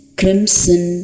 crimson